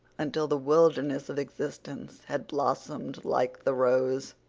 until the wilderness of existence had blossomed like the rose.